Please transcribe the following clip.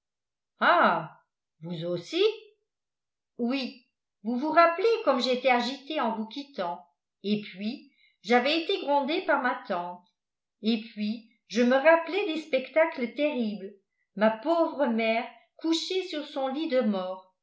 vous aussi oui vous vous rappelez comme j'étais agitée en vous quittant et puis j'avais été grondée par ma tante et puis je me rappelais des spectacles terribles ma pauvre mère couchée sur son lit de mort